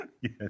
Yes